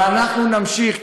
ואנחנו נמשיך,